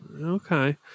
Okay